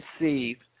received